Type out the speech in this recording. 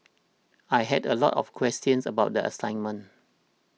I had a lot of questions about the assignment